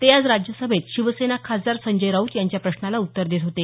ते आज राज्यसभेत शिवसेना खासदार संजय राऊत यांच्या प्रश्नाला उत्तर देत होते